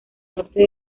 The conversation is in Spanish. norte